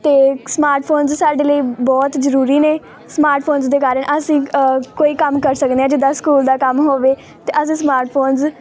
ਅਤੇ smart phones ਸਾਡੇ ਲਈ ਬਹੁਤ ਜ਼ਰੂਰੀ ਨੇ ਸਮਾਰਟ ਫੋਨਸ ਦੇ ਕਾਰਨ ਅਸੀਂ ਕੋਈ ਕੰਮ ਕਰ ਸਕਦੇ ਹਾਂ ਜਿੱਦਾਂ ਸਕੂਲ ਦਾ ਕੰਮ ਹੋਵੇ ਅਤੇ ਅਸੀਂ ਸਮਾਰਟ ਫੋਨਜ਼